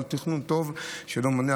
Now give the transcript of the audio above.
אבל תכנון טוב לא מונע.